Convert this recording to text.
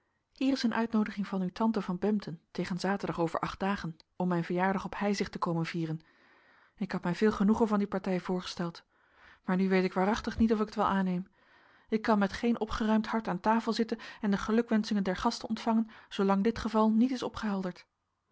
hier is een uitnoodiging van uw tante van bempden tegen zaterdag over acht dagen om mijn verjaardag op heizicht te komen vieren ik had mij veel genoegen van die partij voorgesteld maar nu weet ik waarachtig niet of ik het wel aanneem ik kan met geen opgeruimd hart aan tafel zitten en de gelukwenschingen der gasten ontvangen zoolang dit geval niet is